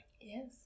yes